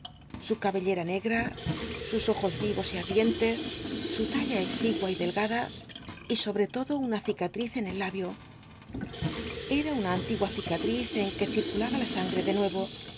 su cabellera negra sus ojos vi os y ardientes su talla exigua y delgada y sobre todo una cicatriz en el labio era una antigua cicatjiz en que circulaba la angre de nuevo